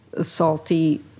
salty